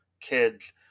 kids